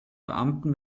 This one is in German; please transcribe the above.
beamten